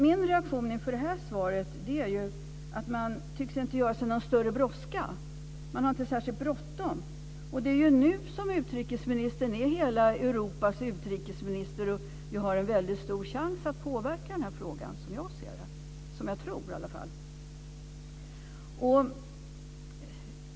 Min reaktion inför det svaret är att man inte tycks göra sig någon större brådska. Det är ju nu som utrikesministern är hela Europas utrikesminister och har en stor chans att påverka i den här frågan.